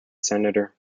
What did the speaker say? senator